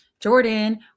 Jordan